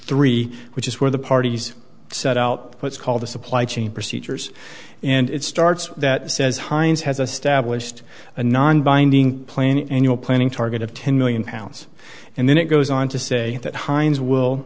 three which is where the parties set out what's called the supply chain procedures and it starts that says heinz has a stablished a non binding plan annual planning target of ten million pounds and then it goes on to say that heinz will